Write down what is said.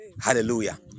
hallelujah